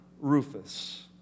Rufus